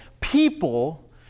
people